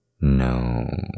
No